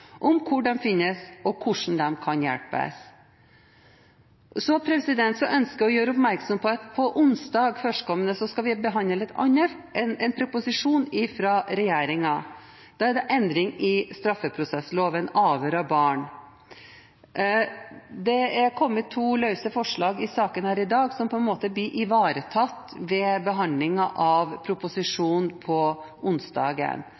om hvor de finnes og hvor de kan hjelpes. Så ønsker jeg å gjøre oppmerksom på at førstkommende onsdag skal vi behandle en proposisjon fra regjeringen, om endring i straffeprosessloven, avhør av barn. Det er kommet løse forslag i saken her i dag som på en måte blir ivaretatt ved behandlingen av proposisjonen på